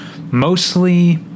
mostly